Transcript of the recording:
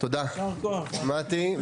קודם כל צריך להצביע על החוק עצמו.